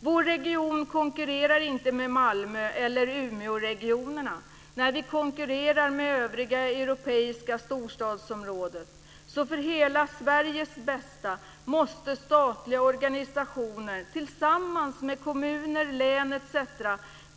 Vår region konkurrerar inte med Malmö eller Umeåregionerna. Nej, vi konkurrerar med övriga europeiska storstadsområden. För hela Sveriges bästa måste statliga organisationer tillsammans med kommuner, län, etc.